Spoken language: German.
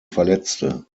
verletzte